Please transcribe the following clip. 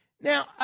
Now